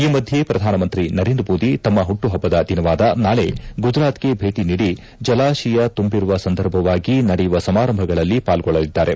ಈ ಮಧ್ಯೆ ಪ್ರಧಾನಮಂತ್ರಿ ನರೇಂದ್ರ ಮೋದಿ ತಮ್ಮ ಪುಟ್ಲುಹಬ್ಲದ ದಿನವಾದ ನಾಳೆ ಗುಜರಾತ್ಗೆ ಭೇಟಿ ನೀಡಿ ಜಲಾಶಯ ತುಂಬಿರುವ ಸಂದರ್ಭವಾಗಿ ನಡೆಯುವ ಸಮಾರಂಭಗಳಲ್ಲಿ ಪಾಲ್ಗೊಳ್ಳಲಿದ್ದಾರೆ